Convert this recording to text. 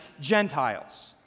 Gentiles